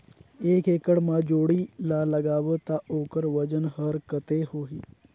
एक एकड़ मा जोणी ला लगाबो ता ओकर वजन हर कते होही?